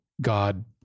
God